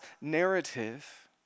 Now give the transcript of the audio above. narrative